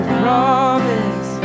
promise